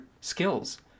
skills